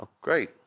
Great